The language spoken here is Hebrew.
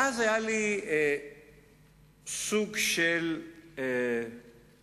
ואז היה לי סוג של דז'ה-וו.